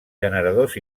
generadors